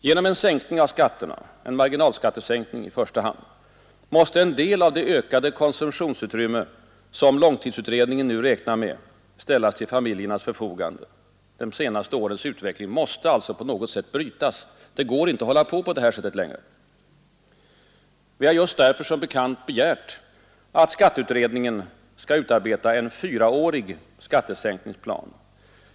Genom en sänkning av skatterna kade en marginalskattesänkning i första hand måste en del av det ö konsumtionsutrymme, som långtidsutredningen nu räknar med, ställas till familjernas förfogande. De senaste årens utveckling måste alltså på något sätt brytas. Det går inte att hålla på längre på det här sättet. Vi har just därför som bekant begärt att skatteutredningen skall utarbeta en fyraårig skattesänkningsplan.